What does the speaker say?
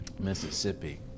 Mississippi